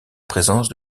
présence